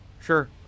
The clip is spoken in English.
Sure